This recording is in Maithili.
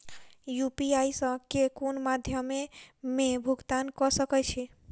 यु.पी.आई सऽ केँ कुन मध्यमे मे भुगतान कऽ सकय छी?